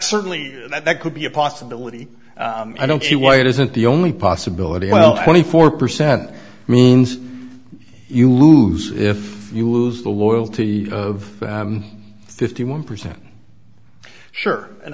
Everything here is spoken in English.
certainly that could be a possibility i don't see why it isn't the only possibility well twenty four percent means you lose if you lose the loyalty of fifty one percent sure and